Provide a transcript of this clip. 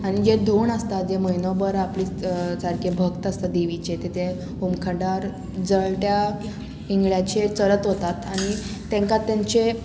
आनी जे धोंड आसता जे म्हयनोभर आपली सारके भक्त आसता देवीचे ते ते होमखंडार जळट्या इंगळ्याचेर चलत वतात आनी तेंकां तेंचे